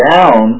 Down